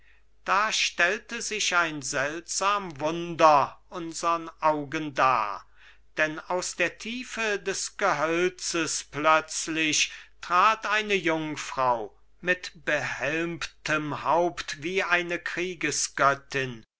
da stellte sich ein seltsam wunder unsern augen dar denn aus der tiefe des gehölzes plötzlich trat eine jungfrau mit behelmtem haupt wie eine